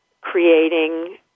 creating